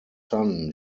son